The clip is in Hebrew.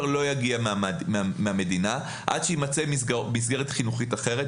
לא יגיע מהמדינה עד שיימצא מסגרת חינוכית אחרת.